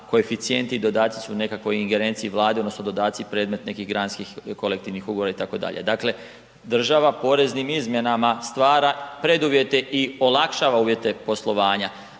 koeficijenti i dodaci su u nekakvoj ingerenciji Vlade odnosno dodaci predmet nekih granskih kolektivnih ugovora itd. Dakle, država poreznim izmjenama stvara preduvjete i olakšava uvjete poslovanja,